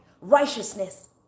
righteousness